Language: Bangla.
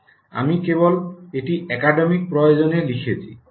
আমি কেবল এটি একাডেমিক প্রয়োজনে লিখেছি